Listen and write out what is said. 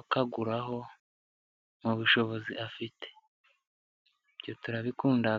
akaguraho mu bushobozi bukeya afite ibyo turabikunda.